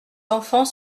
enfants